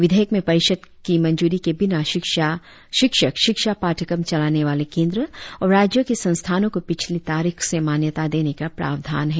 विधेयक में परिषद की मंजूरी के बिना शिक्षक शिक्षा पाठ्यक्रम चलाने वाले केंद्र और राज्यों के संस्थानों को पिछली तारीख से मान्यता देने का प्रावधान है